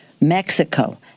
Mexico